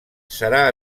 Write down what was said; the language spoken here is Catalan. serà